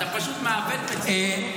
אתה פשוט מעוות מציאות.